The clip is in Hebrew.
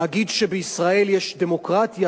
להגיד שבישראל יש דמוקרטיה,